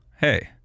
hey